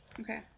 Okay